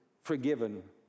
forgiven